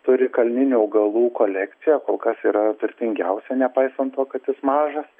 turi kalninių augalų kolekciją kol kas yra vertingiausia nepaisant to kad jis mažas